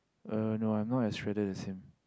uh no I'm not as shredded as him